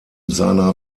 seiner